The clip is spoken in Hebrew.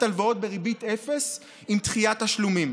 הלוואות בריבית אפס עם דחיית תשלומים,